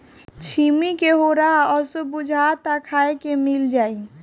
छिम्मी के होरहा असो बुझाता खाए के मिल जाई